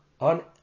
on